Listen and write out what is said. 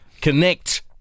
Connect